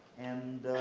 and,